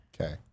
Okay